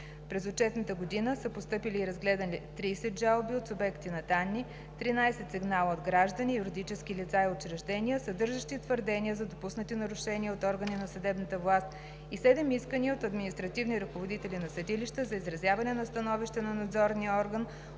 През отчетната година са постъпили и разгледани 30 жалби от субекти на данни, 13 сигнала от граждани, юридически лица и учреждения, съдържащи твърдения за допуснати нарушения от органи на съдебната власт и седем искания от административни ръководители на съдилища за изразяване на становище на надзорния орган